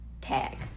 tag